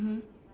mmhmm